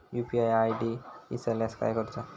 UPI ID इसरल्यास काय करुचा?